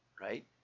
right